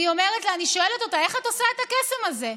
אני שואלת אותה: איך את עושה את הקסם הזה?